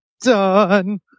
Done